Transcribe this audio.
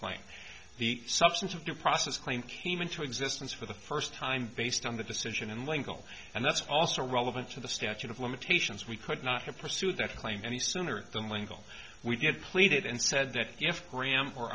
claim the substance of due process claim came into existence for the first time based on the decision and legal and that's also relevant to the statute of limitations we could not have pursued that claim any sooner than legal we had pleaded and said that if graham or